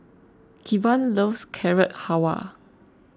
Kevan loves Carrot Halwa